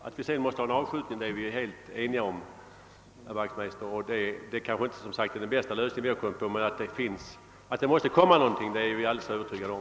Att det måste förekomma en avskjutning är vi helt eniga om, herr Wachtmeister. "Motionärerna har, som sagt, kanske inte kommit på den bästa lösningen, men att någonting måste göras är jag alldeles övertygad om.